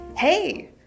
Hey